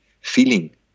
feeling